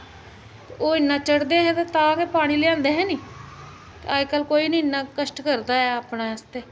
ओह् इ'न्ना चढ़दे हे तां गै पानी लै आंदे हे नी अज्ज कल कोई बी नेईं इ'न्ना कश्ट करदा ऐ अपने आस्तै